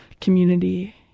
community